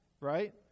right